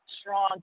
strong